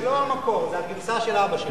זה לא המקור, זה הגרסה של אבא שלו.